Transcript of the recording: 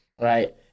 right